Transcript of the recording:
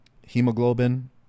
hemoglobin